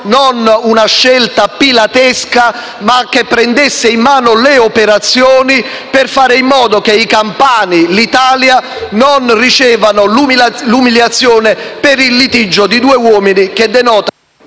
non una scelta pilatesca, ma che prendesse in mano le operazioni, per fare in modo che i campani e l'Italia non ricevano l'umiliazione per il litigio di due uomini, che denota...